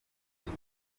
gute